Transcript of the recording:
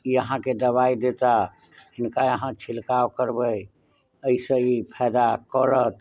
ई अहाँके दबाइ देता हिनका अहाँ छिलकाव करबै एहि सऽ ई फायदा करत